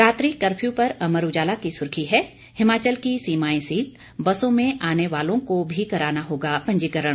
रात्रि कफ्र्यू पर अमर उजाला की सुर्खी है हिमाचल की सीमाएं सील बसों में आने वालों को भी कराना होगा पंजीकरण